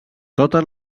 totes